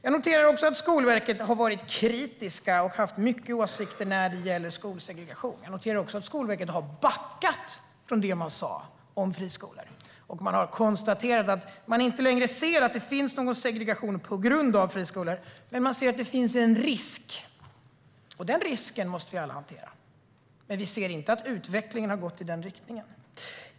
Jag noterar också att Skolverket har varit kritiskt och haft mycket åsikter när det gäller skolsegregation. Jag noterar också att Skolverket har backat från det man sa om friskolor. Man har konstaterat att man inte längre ser att det finns en segregation på grund av friskolor men att det finns en risk. Den risken måste vi alla hantera, men vi ser inte att utvecklingen har gått i den riktningen.